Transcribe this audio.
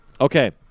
Okay